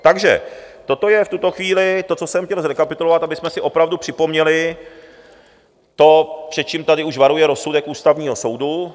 Takže toto je v tuto chvíli to, co jsem chtěl zrekapitulovat, abychom si opravdu připomněli to, před čím tady už varuje rozsudek Ústavního soudu.